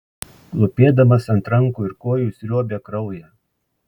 klūpėdamas ant rankų ir kojų sriuobė kraują